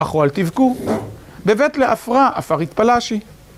אחו אל תבfו, בבית לאפרה, אפרה התפלשי.